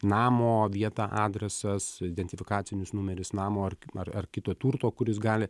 namo vieta adresas identifikacinis numeris namo ar ar ar kito turto kuris gali